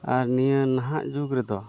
ᱟᱨ ᱱᱤᱭᱟᱹ ᱱᱟᱦᱟᱜ ᱡᱩᱜᱽ ᱨᱮᱫᱚ